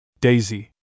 Daisy